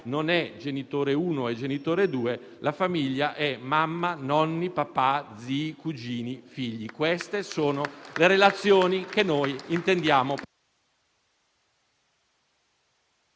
non è genitore 1 e genitore 2; la famiglia è mamma, nonni, papà, zii, cugini, figli. Queste sono le relazioni che noi intendiamo